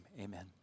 Amen